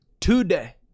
today